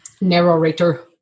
Narrator